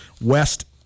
West